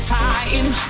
time